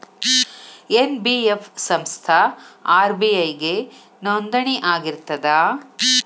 NBF ಸಂಸ್ಥಾ RBI ಗೆ ನೋಂದಣಿ ಆಗಿರ್ತದಾ?